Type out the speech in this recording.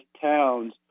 towns